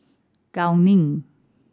Gao Ning